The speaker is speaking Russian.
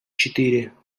четыре